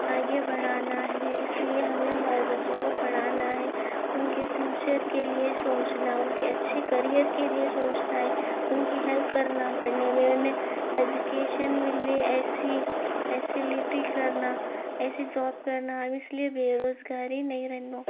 آگے بڑھانا ہے اس لیے ہمیں ہمارے بچوں کو پڑھانا ہے ان کے فیوچر کے لیے سوچنا ان کے اچھے کیرئیر کے لیے سوچنا ہے ان کی ہیلپ کرنا پڑھنے میں انہیں ایجوکیشن ملے ایسی فیسیلٹی کرنا ایسی جاب کرنا اس لیے بےروزگاری نہیں رہنو